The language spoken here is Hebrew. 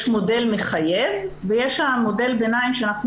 יש מודל מחייב ויש מודל הביניים שאנחנו